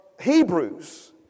Hebrews